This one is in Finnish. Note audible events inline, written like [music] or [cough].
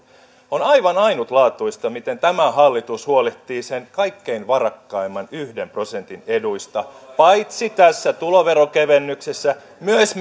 on aivan ainutlaatuista miten tämä hallitus huolehtii sen kaikkein varakkaimman yhden prosentin eduista paitsi tässä tuloverokevennyksessä myös [unintelligible]